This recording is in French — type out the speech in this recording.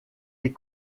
les